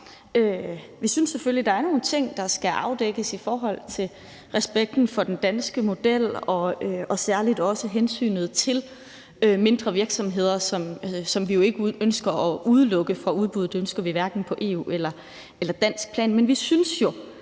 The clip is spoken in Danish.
Vi synes selvfølgelig, der er nogle ting, der skal afdækkes i forhold til respekten for den danske model og særlig også hensynet til mindre virksomheder, som vi jo ikke ønsker at udelukke fra udbud. Det ønsker vi hverken på EU-plan eller på dansk plan. Men vi synes jo,